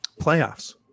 playoffs